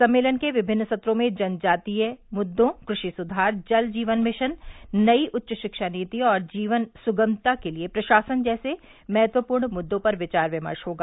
सम्मेलन के विभिन्न सत्रों में जन जातीय मुददो कृषि सुधार जल जीवन मिशन नई उच्च शिक्षा नीति और जीवन सुगमता के लिए प्रशासन जैसे महत्वपूर्ण मुददो पर विचार विमर्श होगा